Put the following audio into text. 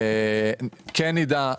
כן נדע,